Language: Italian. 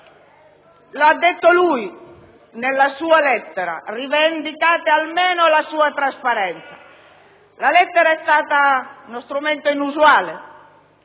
L'ha detto lui nella sua lettera! Rivendicate almeno la sua trasparenza. Lalettera è stata uno strumento inusuale,